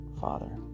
Father